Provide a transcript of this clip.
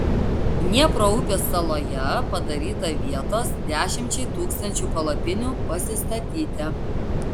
dniepro upės saloje padaryta vietos dešimčiai tūkstančių palapinių pasistatyti